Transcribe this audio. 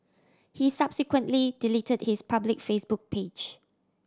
he subsequently deleted his public Facebook page